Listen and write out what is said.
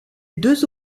deux